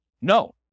No